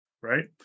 right